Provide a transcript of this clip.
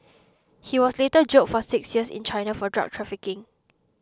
he was later jailed for six years in China for drug trafficking